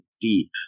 deep